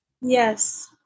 Yes